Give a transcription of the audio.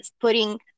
putting